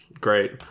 great